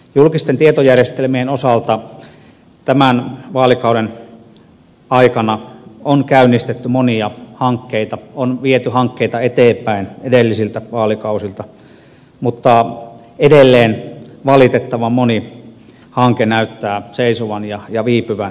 julkisten tietojärjestelmien osalta tämän vaalikauden aikana on käynnistetty monia hankkeita on viety hankkeita eteenpäin edellisiltä vaalikausilta mutta edelleen valitettavan moni hanke näyttää seisovan ja viipyvän